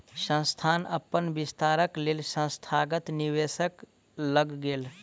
संस्थान अपन विस्तारक लेल संस्थागत निवेशक लग गेल